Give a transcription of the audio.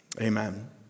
Amen